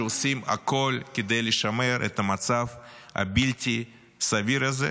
שעושים הכול כדי לשמר את המצב הבלתי-סביר הזה,